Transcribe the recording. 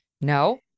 No